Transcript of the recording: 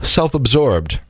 Self-Absorbed